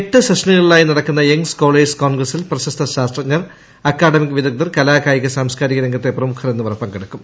എട്ട് സെഷനുകളിലായി നടക്കുന്ന യങ് സ്കോളേഴ്സ് കോൺഗ്രസിൽ പ്രശസ്ത ശാസ്ത്രജ്ഞർ അക്കാദമിക് വിദഗ്ദ്ധർ കലാകായിക സാംസ്കാരിക രംഗത്തെ പ്രമുഖർ പങ്കെടുക്കും